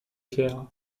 pierre